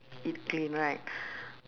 eat clean right